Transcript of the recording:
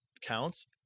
counts